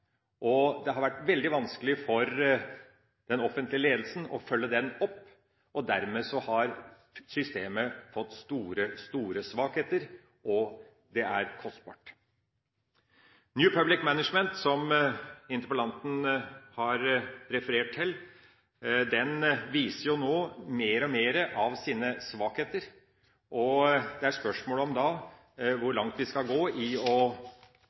og det har vært veldig vanskelig for den offentlige ledelsen å følge den opp. Dermed har systemet fått store, store svakheter, og det er kostbart. New Public Management, som interpellanten refererte til, viser nå mer og mer av sine svakheter. Det er spørsmål om hvor langt vi skal gå i å erstatte det med noe annet. Det gir en byråkratisering og